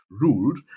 ruled